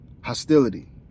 hostility